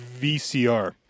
VCR